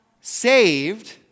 saved